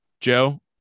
Joe